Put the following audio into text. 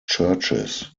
churches